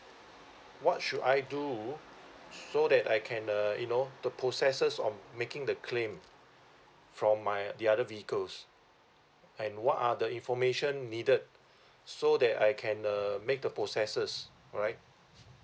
what should I do so that I can uh you know the processes on making the claim from my the other vehicles and what are the information needed so that I can uh make the processes alright